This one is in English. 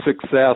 success